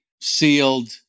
sealed